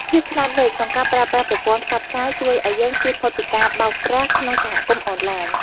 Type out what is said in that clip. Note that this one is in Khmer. ភាពឆ្លាតវៃក្នុងការប្រើប្រាស់ប្រព័ន្ធផ្សព្វផ្សាយជួយឱ្យយើងជៀសផុតពីការបោកប្រាស់ក្នុងសហគមន៍អនឡាញ។